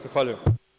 Zahvaljujem.